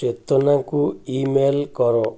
ଚେତନାକୁ ଇମେଲ୍ କର